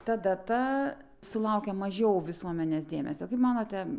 ta data sulaukia mažiau visuomenės dėmesio kaip manote